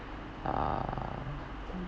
uh